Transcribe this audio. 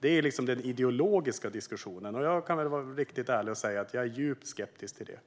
Det är den ideologiska diskussionen, och jag kan vara ärlig och säga att jag är djupt skeptisk till detta.